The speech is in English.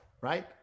right